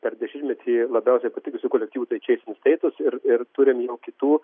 per dešimtmetį labiausiai patikusių kolektyvų tai chase and status ir ir turim jau kitų